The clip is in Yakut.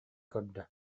көрдө